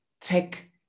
tech